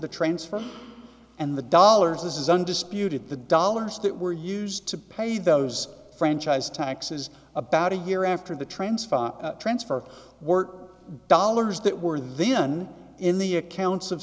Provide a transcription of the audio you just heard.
the transfer and the dollars this is undisputed the dollars that were used to pay those franchise taxes about a year after the transfer transfer were dollars that were then in the accounts of